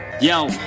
Yo